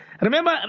remember